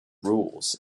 rules